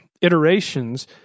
iterations